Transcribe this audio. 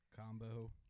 combo